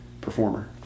performer